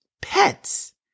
pets